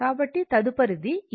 కాబట్టి తదుపరిది ఇది